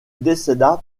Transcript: décéda